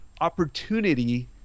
opportunity